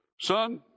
son